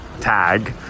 tag